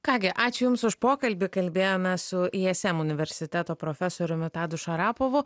ką gi ačiū jums už pokalbį kalbėjome su ism universiteto profesoriumi tadu šarapovu